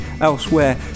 elsewhere